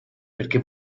perché